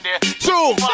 Two